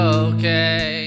okay